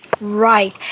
Right